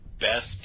best